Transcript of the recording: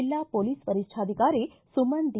ಜಿಲ್ಲಾ ಪೊಲೀಸ್ ವರಿಷ್ಠಾಧಿಕಾರಿ ಸುಮನ್ ಡಿ